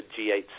G8